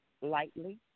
lightly